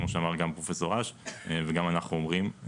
כמו שאמר גם פרופ' אש, וגם אנחנו אומרים.